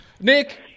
nick